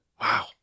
Wow